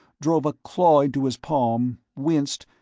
drove a claw into his palm, winced,